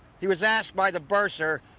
he was asked by the bursar,